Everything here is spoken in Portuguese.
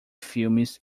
filmes